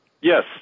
Yes